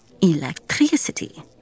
electricity